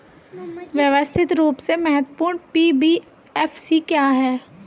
व्यवस्थित रूप से महत्वपूर्ण एन.बी.एफ.सी क्या हैं?